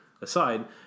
aside